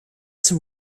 some